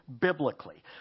biblically